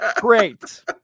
Great